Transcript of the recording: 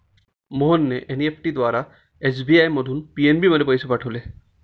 मोहनने एन.ई.एफ.टी द्वारा एस.बी.आय मधून पी.एन.बी मध्ये पैसे पाठवले